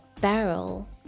barrel